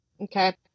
okay